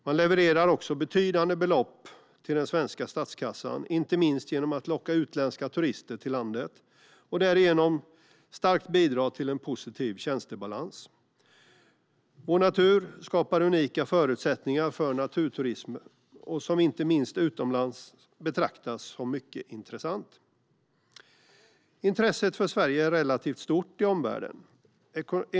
Man levererar också betydande belopp till den svenska statskassan, inte minst genom att locka utländska turister till landet och därigenom starkt bidra till en positiv tjänstebalans. Vår natur skapar unika förutsättningar för naturturism, som inte minst utomlands betraktas som mycket intressant. Intresset för Sverige är relativt stort i omvärlden.